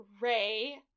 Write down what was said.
Ray